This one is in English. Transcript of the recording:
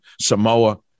Samoa